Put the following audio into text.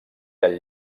del